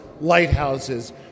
lighthouses